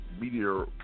media